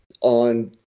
on